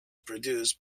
produced